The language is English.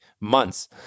months